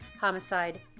homicide